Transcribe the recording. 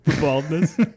Baldness